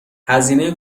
هزینه